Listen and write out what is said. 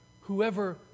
whoever